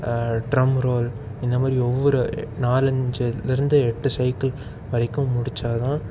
drumroll இந்த மாதிரி ஒவ்வொரு நாலஞ்சி இருந்து எட்டு சைக்கிள் வரைக்கும் முடிச்சால் தான்